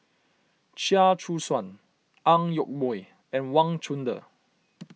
Chia Choo Suan Ang Yoke Mooi and Wang Chunde